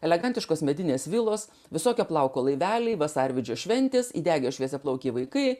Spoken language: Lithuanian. elegantiškos medinės vilos visokio plauko laiveliai vasarvidžio šventės įdegę šviesiaplaukiai vaikai